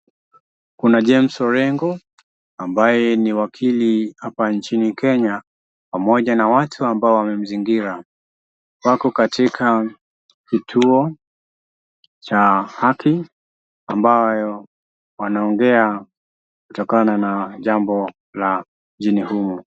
Kuna James Orengo ambaye ni wakili hapa nchini Kenya pamoja na watu ambao wamemzingira. Wako katika kituo cha haki ambayo wanaongea kutokana na jambo la mjini humu.